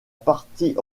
partie